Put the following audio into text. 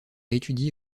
étudié